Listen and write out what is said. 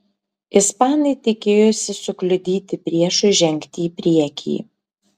ispanai tikėjosi sukliudyti priešui žengti į priekį